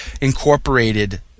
incorporated